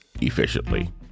efficiently